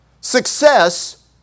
success